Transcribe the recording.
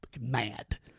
mad